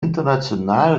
international